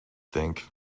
think